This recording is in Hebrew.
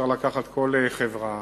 אפשר לקחת כל חברה,